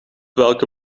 welke